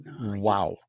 Wow